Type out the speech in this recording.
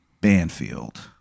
Banfield